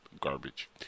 garbage